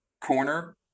corner